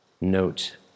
Note